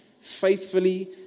faithfully